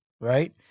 right